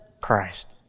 Christ